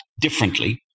differently